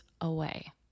away